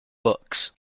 books